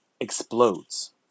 explodes